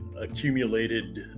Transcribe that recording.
accumulated